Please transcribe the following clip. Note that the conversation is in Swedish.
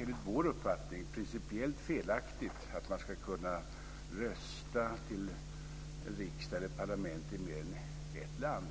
Enligt vår uppfattning är det principiellt felaktigt att man ska kunna rösta i parlamentsval i mer än ett land.